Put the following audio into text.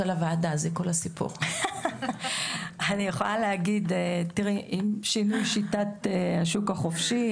אני יכולה להגיד שעם שינוי שיטת השוק החופשי,